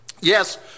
Yes